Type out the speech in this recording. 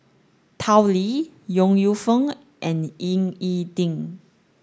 Tao Li Yong Lew Foong and Ying E Ding